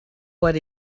what